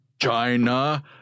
China